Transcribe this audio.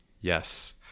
yes